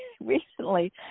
recently